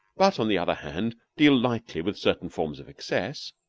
but on the other hand deal lightly with certain forms of excess